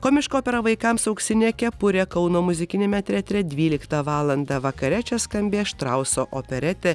komiška opera vaikams auksinė kepurė kauno muzikiniame teatre dvyliktą valandą vakare čia skambės štrauso operetė